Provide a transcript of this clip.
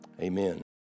Amen